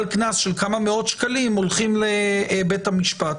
קנס של כמה מאות שקלים הולכים לבית המשפט.